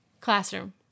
Classroom